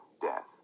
death